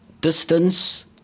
Distance